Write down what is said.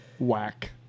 Whack